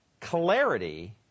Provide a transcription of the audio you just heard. clarity